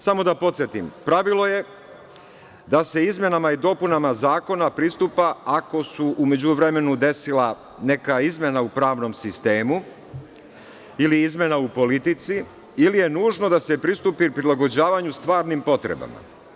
Samo da podsetim, pravilo je da se izmenama i dopunama zakona pristupa ako se u međuvremenu desila neka izmena u pravnom sistemu, ili izmena u politici, ili je nužno da se pristupi prilagođavanju stvarnim potrebama.